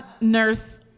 nurse